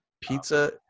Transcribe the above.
Pizza